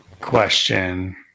question